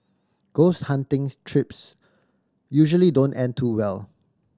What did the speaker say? ghost hunting's trips usually don't end too well